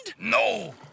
No